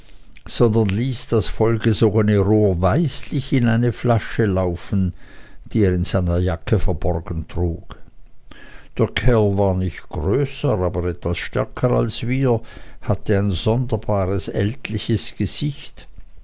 sondern ließ das vollgesogene rohr weislich in eine flasche ablaufen die er in seiner jacke verborgen trug der kerl war nicht größer aber etwas stärker als wir hatte ein sonderbares ältliches gesicht